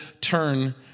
turn